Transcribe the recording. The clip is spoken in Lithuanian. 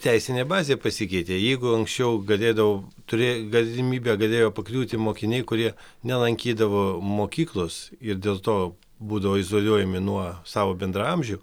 teisinė bazė pasikeitė jeigu anksčiau galėdavau turė galimybę galėjo pakliūti mokiniai kurie nelankydavo mokyklos ir dėl to būdavo izoliuojami nuo savo bendraamžių